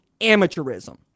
amateurism